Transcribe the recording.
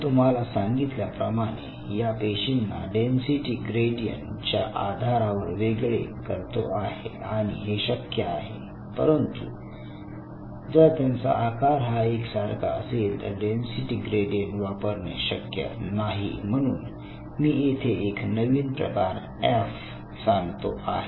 मी तुम्हाला सांगितल्याप्रमाणे या पेशींना डेन्सिटी ग्रेडियंट च्या आधारावर वेगळे करतो आहे आणि हे शक्य आहे परंतु जर त्यांचा आकार हा एक सारखा असेल तर डेन्सिटी ग्रेडियंट वापरणे शक्य नाही म्हणून मी येथे एक नवीन प्रकार F सांगतो आहे